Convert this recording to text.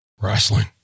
wrestling